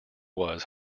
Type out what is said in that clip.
was